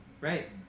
Right